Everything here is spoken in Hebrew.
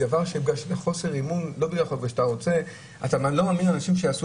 היא דבר שנעשה כי אתה לא מאמין לאנשים שיעשו